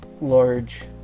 large